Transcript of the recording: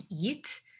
eat